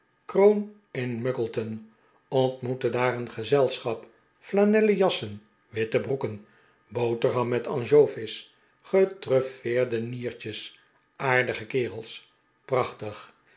kroon in muggleton ontmoette daar een gezelschap flanellen jassen witte broeken boterham met ansjovis getruffeerde niertjes aardige kerels prachtig